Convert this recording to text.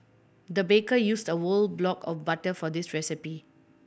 the baker used a whole block of butter for this recipe